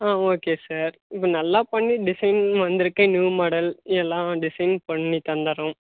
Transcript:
ஆ okay sir இப்போ நல்லா பண்ணி டிசைனிங்கில வந்துருக்க நியூ மாடல் எல்லா டிசைனும் பண்ணி தந்துடுறோம்